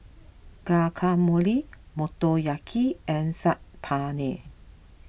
Guacamole Motoyaki and Saag Paneer